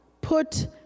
put